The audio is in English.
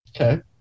okay